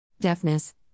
Deafness